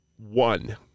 one